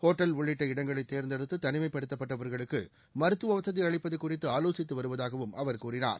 hotel உள்ளிட்ட இடங்களைதேர்ந்தெடுத்துதனிமைப்படுத்தப் பட்டவர்களுக்குமருத்துவவசதிஅளிப்பதுகுறித்துஆலோசித்துவருவதாகவும் அவர் கூறினார்